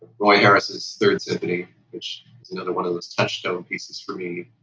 roy harris' third symphony which another one of those touchstone pieces for me.